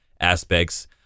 aspects